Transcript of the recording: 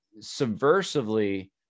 subversively